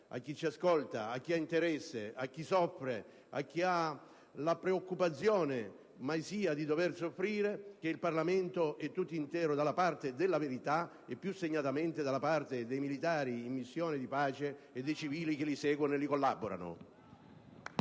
a chi ci ascolta, a chi è interessato, a chi soffre e a chi ha la preoccupazione - mai sia! - di dover soffrire, che il Parlamento è tutto intero dalla parte della verità, e più segnatamente dalla parte dei militari in missione di pace e dei civili che li seguono e collaborano